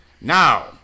now